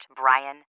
Brian